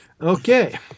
Okay